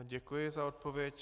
Děkuji za odpověď.